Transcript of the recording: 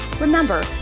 Remember